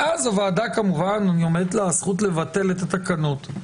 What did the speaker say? ואז כמובן עומדת לוועדה הזכות לבטל את התקנות.